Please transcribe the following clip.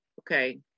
okay